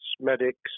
medics